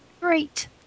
Great